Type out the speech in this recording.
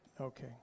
Okay